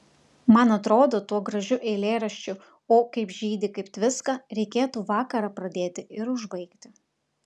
man atrodo tuo gražiu eilėraščiu o kaip žydi kaip tviska reikėtų vakarą pradėti ir užbaigti